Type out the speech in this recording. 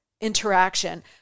interaction